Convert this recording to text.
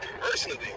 personally